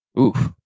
Oof